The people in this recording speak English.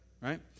Right